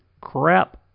crap